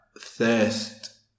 thirst